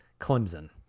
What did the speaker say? Clemson